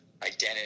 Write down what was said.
identity